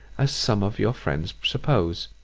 as some of your friends suppose,